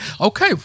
okay